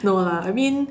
no lah I mean